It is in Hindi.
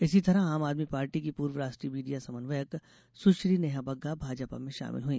इसी तरह आम आदमी पार्टी की पूर्व राष्ट्रीय मीडिया समन्वयक सुश्री नेहा बग्गा भाजपा में शामिल हई